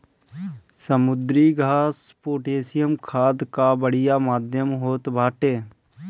समुद्री घास पोटैशियम खाद कअ बढ़िया माध्यम होत बाटे